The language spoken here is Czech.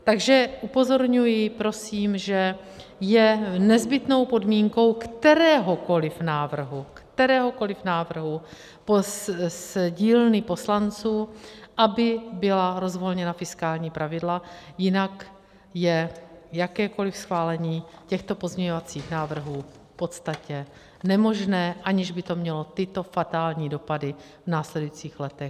Takže upozorňuji prosím, že je nezbytnou podmínkou kteréhokoli návrhu, kteréhokoliv návrhu z dílny poslanců, aby byla rozvolněna fiskální pravidla, jinak je jakékoli schválení těchto pozměňovacích návrhů v podstatě nemožné, aniž by to mělo tyto fatální dopady v následujících letech.